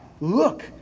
look